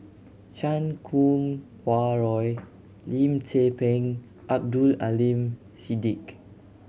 Chan Kum Wah Roy Lim Tze Peng Abdul Aleem Siddique